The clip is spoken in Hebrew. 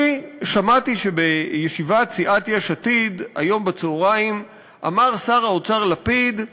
אני שמעתי שבישיבת סיעת יש עתיד היום בצהריים אמר שר האוצר לפיד: